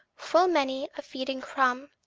full many a feeding crumb,